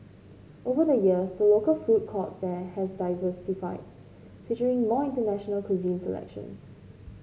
over the years the local food court fare has diversified featuring more international cuisine selections